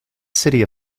city